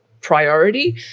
priority